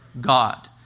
God